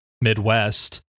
Midwest